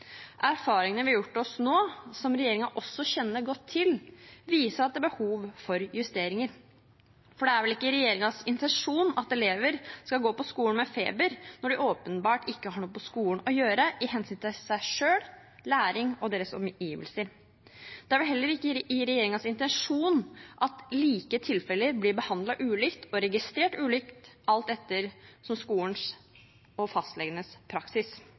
Erfaringene vi har gjort oss nå, som regjeringen også kjenner godt til, viser at det er behov for justeringer. For det er vel ikke regjeringens intensjon at elever skal gå på skolen med feber når de åpenbart ikke har noe på skolen å gjøre, av hensyn til seg selv, læring og deres omgivelser? Det er vel heller ikke regjeringens intensjon at like tilfeller blir behandlet ulikt og registrert ulikt alt etter skolens og fastlegenes praksis.